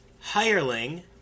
Hireling